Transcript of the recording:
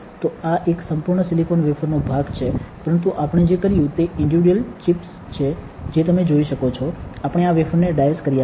તો આ એક સંપુર્ણ સિલિકોન વેફર નો ભાગ છે પરંતુ આપણે જે કર્યું તે ઈન્ડિવિડયુઅલ ચિપ્સ છે જે તમે જોઈ શકો છો આપણે આ વેફરને ડાઈસ્ડ કર્યા છે